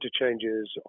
interchanges